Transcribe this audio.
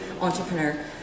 entrepreneur